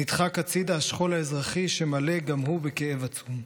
נדחק הצידה השכול האזרחי, שגם הוא מלא בכאב עצום.